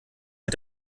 mit